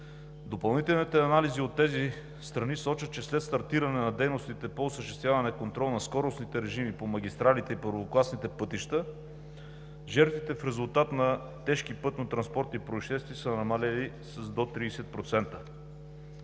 Допълнителните анализи от тези страни сочат, че след стартиране на дейностите по осъществяване контрол на скоростните режими по магистралите и първокласните пътища, жертвите в резултат на тежки пътнотранспортни произшествия са намалели с до 30%.